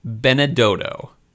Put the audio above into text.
Benedetto